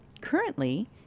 currently